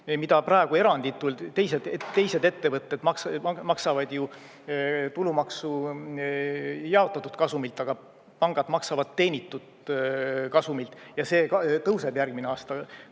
mida praegu eranditult teised … Teised ettevõtted maksavad ju tulumaksu jaotatud kasumilt, aga pangad maksavad teenitud kasumilt. Ja see tõuseb järgmisel aastal